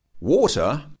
water